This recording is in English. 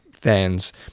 fans